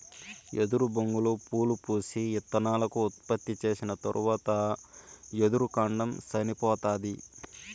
ఎదురు బొంగులు పూలు పూసి, ఇత్తనాలను ఉత్పత్తి చేసిన తరవాత ఎదురు కాండం సనిపోతాది